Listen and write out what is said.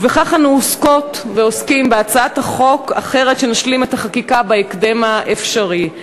ובכך אנו עוסקות ועוסקים בהצעת חוק אחרת שנשלים את חקיקתה בהקדם האפשרי.